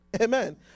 Amen